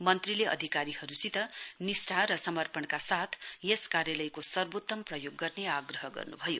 मन्त्रीले अधिकारीहरुसित निष्ठा र समपर्णका साथ यस कार्यालयको सर्वोत्तम प्रयोग गर्ने आग्रह गर्नुभयो